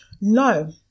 No